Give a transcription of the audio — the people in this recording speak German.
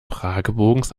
fragebogens